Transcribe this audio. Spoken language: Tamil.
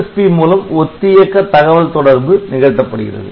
MSSP மூலம் ஒத்தியக்க தகவல்தொடர்பு நிகழ்த்தப்படுகிறது